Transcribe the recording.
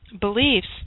beliefs